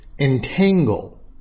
Entangle